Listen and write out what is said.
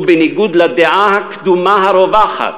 ובניגוד לדעה הקדומה הרווחת,